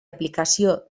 aplicació